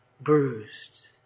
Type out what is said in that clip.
bruised